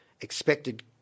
expected